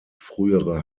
frühere